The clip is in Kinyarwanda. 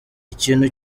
ikintu